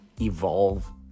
evolve